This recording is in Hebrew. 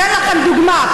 אתן לכם דוגמה,